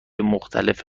مختلف